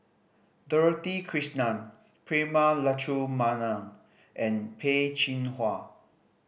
Dorothy Krishnan Prema Letchumanan and Peh Chin Hua